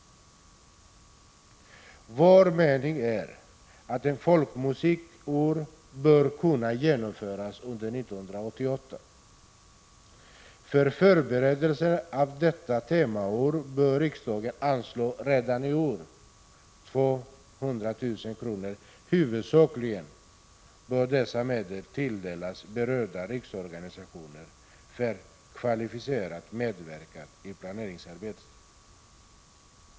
Vpk:s mening är att ett Folkmusikens år bör kunna genomföras under 1988. För förberedelser av detta temaår bör riksdagen redan i år anslå 200 000 kr. Huvudsakligen bör dessa medel tilldelas berörda riksorganisationer för kvalificerad medverkan i planeringsarbetet.